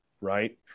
Right